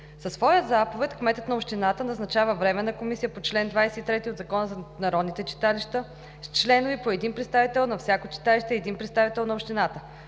Със своя заповед кметът на общината назначава временна комисия по чл. 23 от Закона за народните читалища с членове по един представител на всяко читалище и един представител на общината,